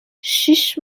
شیش